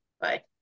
Bye